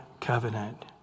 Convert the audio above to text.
covenant